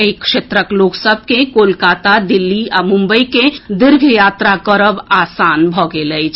एहि क्षेत्रक लोक सभ के कोलकाता दिल्ली आ मुम्बई के दीर्घ यात्रा करब आसान भऽ गेल अछि